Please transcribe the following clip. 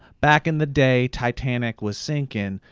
back in the day titanic was sinkin',